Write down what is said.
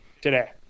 today